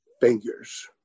fingers